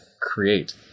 create